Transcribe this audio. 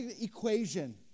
equation